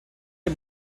dem